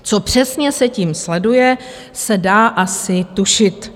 Co přesně se tím sleduje, se dá asi tušit.